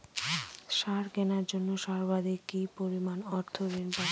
সার কেনার জন্য সর্বাধিক কি পরিমাণ অর্থ ঋণ পাব?